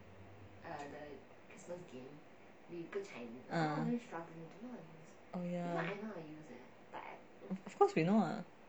oh ya of course we know lah